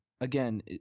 again